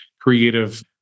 creative